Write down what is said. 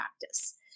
practice